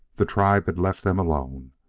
the tribe had left them alone.